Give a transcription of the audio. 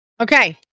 Okay